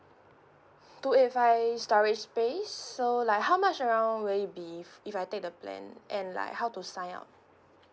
two eight five storage space so like how much around will it be if I take the plan and like how to sign up